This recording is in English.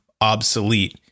obsolete